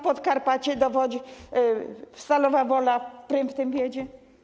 Podkarpacie tego dowodzi, Stalowa Wola prym w tym wiedzie.